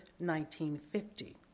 1950